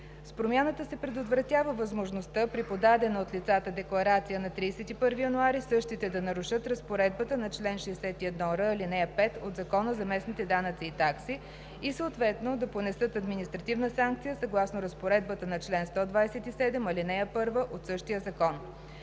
С промяната се предотвратява възможността при подадена от лицата декларация на 31 януари същите да нарушат разпоредбата на чл. 61р, ал. 5 от Закона за местните данъци и такси и съответно да понесат административна санкция съгласно разпоредбата на чл. 127, ал. 1 от същия закон.